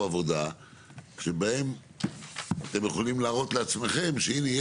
עבודה שבה אתם יכולים להראות לעצמכם שהנה,